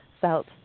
felt